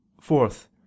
fourth